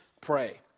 Pray